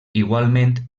igualment